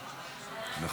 נכון.